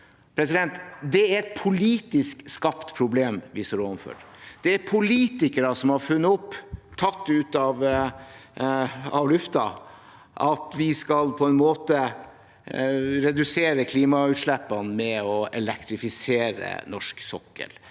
gassnæringen. Det er et politisk skapt problem vi står overfor. Det er politikere som har funnet opp – tatt det ut av luften – at vi skal redusere klimautslippene ved å elektrifisere norsk sokkel.